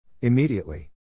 Immediately